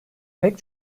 pek